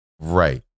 Right